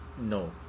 no